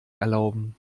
erlauben